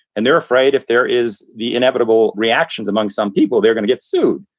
and they're afraid if there is the inevitable reactions among some people, they're going to get sued.